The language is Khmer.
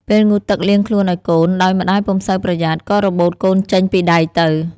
ពេលងូតទឹកលាងខ្លួនឱ្យកូន ដោយម្តាយពុំសូវប្រយ័ត្ន ក៏របូតកូនចេញពីដៃទៅ។